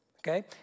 Okay